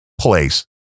place